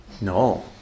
No